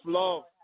love